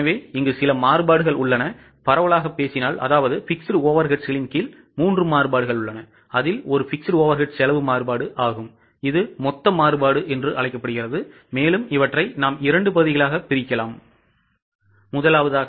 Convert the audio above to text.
எனவே சில மாறுபாடுகள் உள்ளன பரவலாகப் பேசினால் fixed overheadsகளின் கீழ் 3 மாறுபாடுகள் உள்ளன அதில் ஒரு fixed overhead செலவு மாறுபாடு ஆகும் இது மொத்த மாறுபாடாகும் இது 2 பகுதிகளாக பிரிக்கப்பட்டுள்ளது